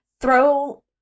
throw